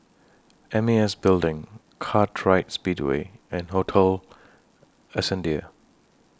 M A S Building Kartright Speedway and Hotel Ascendere